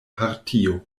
partio